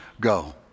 go